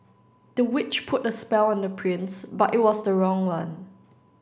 the witch put a spell on the prince but it was the wrong one